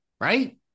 right